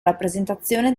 rappresentazione